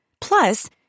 Plus